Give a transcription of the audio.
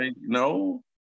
no